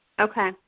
Okay